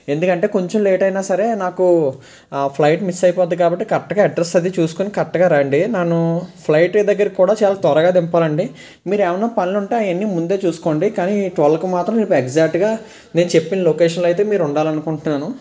ఎందుకంటే కొంచెం లేట్ అయినా సరే నాకు ప్లయిట్ మిస్ అయిపోద్ది కాబట్టి కరెక్టగా అడ్రెస్స్ అవి చూసుకుని కరెక్టగా రండి నన్ను ఫ్లయిట్ దగ్గర కూడా చాలా త్వరగా దింపాలండి మీరు ఏవైనా పనులు ఉంటే కొంచెం అవన్నీ ముందే చూసుకోండి కానీ ట్వెల్వ్కి మాత్రం రేపు ఎక్జాట్గా నేను చెప్పిన లొకేషన్లో అయితే మీరుండాలనుకుంటున్నాను